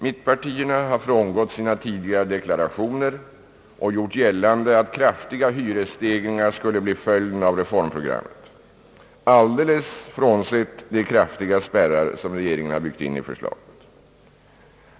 Mittenpartierna har frångått sina tidigare deklarationer och gjort gällande att kraftiga hyresstegringar skulle bli följden av reformprogrammet alldeles frånsett de spärrar regeringen byggt in i förslaget.